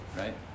right